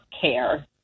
care